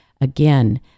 again